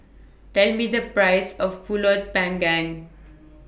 Tell Me The Price of Pulut Panggang